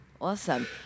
awesome